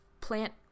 plant